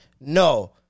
No